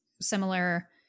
similar